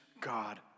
God